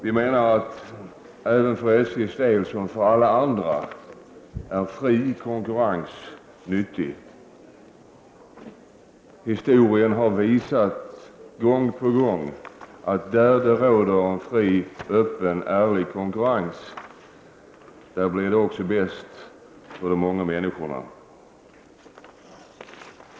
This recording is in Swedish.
Vi menar att för SJ:s del — som för alla andras — är det nyttigt med fri konkurrens. Historien har gång på gång visat att det är bäst för många människor när det råder en fri, öppen och ärlig konkurrens.